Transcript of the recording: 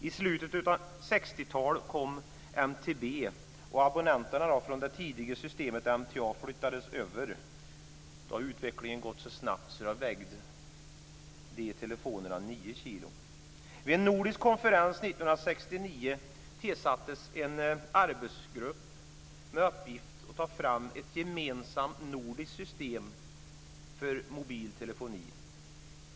I slutet av 60-talet kom MTB, och abonnenterna från det tidiga systemet MTA flyttades över. Utvecklingen hade nu gått så snabbt att telefonerna nu vägde Vid en nordisk konferens 1969 tillsattes en arbetsgrupp med uppgift att ta fram ett gemensamt nordiskt system för mobil telefoni.